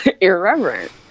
irreverent